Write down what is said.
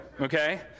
Okay